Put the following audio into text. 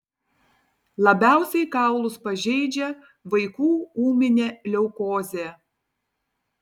labiausiai kaulus pažeidžia vaikų ūminė leukozė